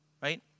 right